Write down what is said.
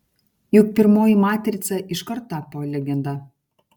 juk pirmoji matrica iškart tapo legenda